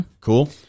Cool